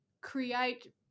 create